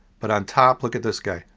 but on top look at this guy.